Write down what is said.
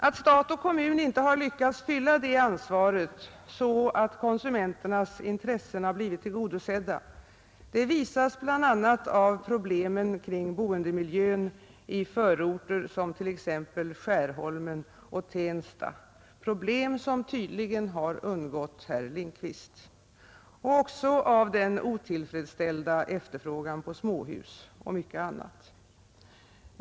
Att stat och kommun inte har lyckats handha detta ansvar så att konsumenternas intressen har blivit tillgodosedda visas bl.a. av problemen kring boendemiljön i förorter som t.ex. Skärholmen och Tensta — problem som tydligen har undgått herr Lindkvist — och också av den otillfredsställda efterfrågan på småhus och mycket annat.